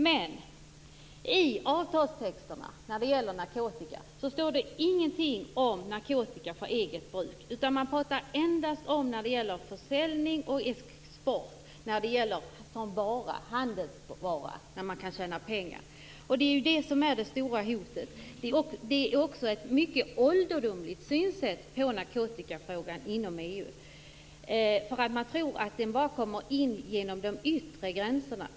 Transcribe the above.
Men i avtalstexterna som gäller narkotika står det ingenting om narkotika för eget bruk, utan det talas endast om försäljning och export av handelsvaror då man tjänar pengar. Det är det som är det stora hotet. Det finns också ett mycket ålderdomligt synsätt på narkotikafrågan inom EU, eftersom man tror att narkotikan kommer in bara genom de yttre gränserna.